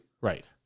right